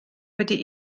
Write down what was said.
wedi